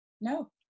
No